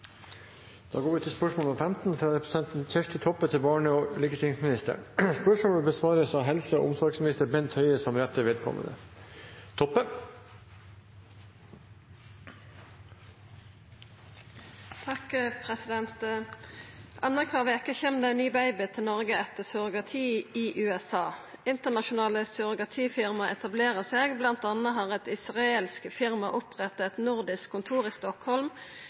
representanten Kjersti Toppe til barne- og likestillingsministeren, vil bli besvart av helse- og omsorgsministeren som rette vedkommende. «Annakvar veke kjem det ein ny baby til Noreg etter surrogati i USA. Internasjonale surrogatifirma etablerer seg, blant anna har eit israelsk firma oppretta eit nordisk kontor i Stockholm,